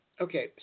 Okay